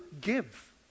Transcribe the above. give